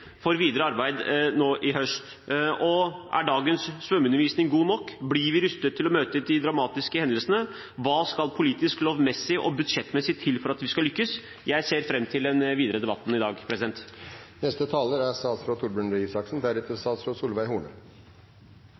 høst. Er dagens svømmeundervisning god nok? Blir vi rustet til å møte de dramatiske hendelsene? Hva skal politisk, lovmessig og budsjettmessig til for at vi skal lykkes? Jeg ser fram til den videre debatten i dag.